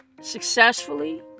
successfully